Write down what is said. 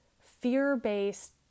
fear-based